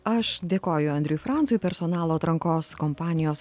aš dėkoju andriui francui personalo atrankos kompanijos